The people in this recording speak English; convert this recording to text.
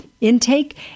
intake